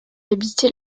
habitée